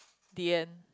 the end